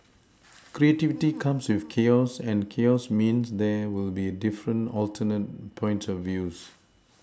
creativity comes with chaos and chaos means there will be different alternate points of views